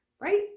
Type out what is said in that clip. right